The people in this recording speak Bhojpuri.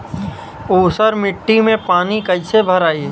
ऊसर मिट्टी में पानी कईसे भराई?